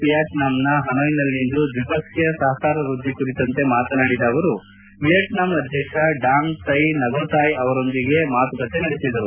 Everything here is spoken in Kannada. ವಿಯಾಟ್ನಂನ ಹನೋಯ್ನಲ್ಲಿಂದು ದ್ವಿಪಕ್ಷೀಯ ಸಹಕಾರ ವೃದ್ಧಿ ಕುರಿತಂತೆ ಮಾತನಾಡಿದ ಅವರು ವಿಯಾಟ್ನಂನ ಅಧ್ಯಕ್ಷ ಡಾಂಗ್ ಥೈ ನಗೋಥಾಯ್ ಅವರೊಂದಿಗೆ ಮಾತುಕತೆ ನಡೆಸಿದರು